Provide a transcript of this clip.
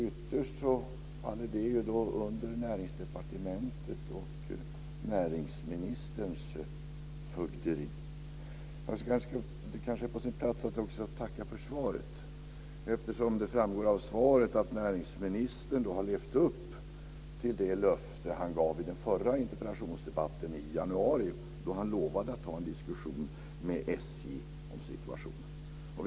Ytterst faller det under Näringsdepartementet och näringsministerns fögderi. Det kanske är på sin plats att också tacka för svaret, eftersom det framgår av svaret att näringsministern har levt upp till det löfte som han gav i den förra interpellationsdebatten i januari, då han lovade att ta en diskussion med SJ om situationen.